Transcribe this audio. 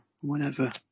Whenever